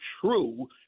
true